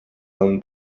own